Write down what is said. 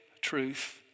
truth